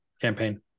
campaign